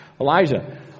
Elijah